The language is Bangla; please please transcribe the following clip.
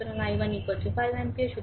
সুতরাং i1 5 অ্যাম্পিয়ার